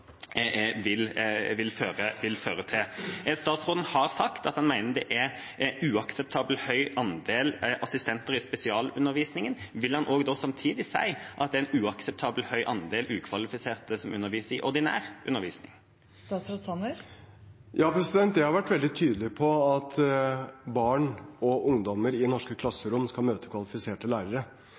vil føre til. Statsråden har sagt at han mener det er en uakseptabelt høy andel assistenter i spesialundervisningen. Vil han da samtidig si at det er en uakseptabelt høy andel ukvalifiserte som underviser i ordinær undervisning? Ja, jeg har vært veldig tydelig på at barn og ungdommer i norske klasserom skal møte kvalifiserte lærere.